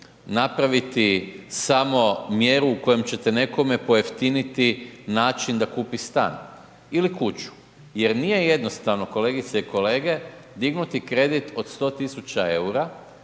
napraviti samo mjeru u kojem ćete nekome pojeftiniti način da kupi stan. Ili kuću. Jer nije jednostavno, kolegice i kolege, dignuti kredit od 100 tisuća